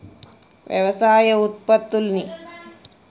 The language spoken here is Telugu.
వ్యవసాయ ఉత్పత్తుల్ని